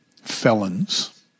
felons